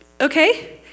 Okay